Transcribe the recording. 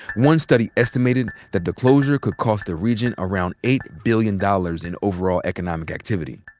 one study estimated that the closure could cost the region around eight billion dollars in overall economic activity.